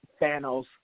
Thanos